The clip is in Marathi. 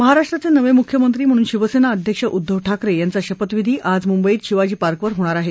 महाराष्ट्राचे नवे मुख्यमंत्री म्हणून शिवसेना अध्यक्ष उद्दव ठाकरे यांचा शपथविधी आज मुंबईत शिवाजी पार्कवर होणार आहे